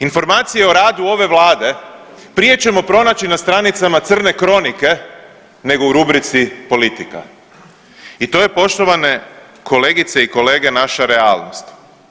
Informacije o radu ove vlade prije ćemo pronaći na stranicama „Crne kronike“ nego u rubrici „Politika“ i to je poštovane kolegice i kolege naša realnost.